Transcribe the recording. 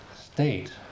state